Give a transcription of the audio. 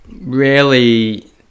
rarely